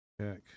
check